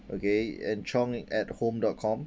okay at Chong at home dot com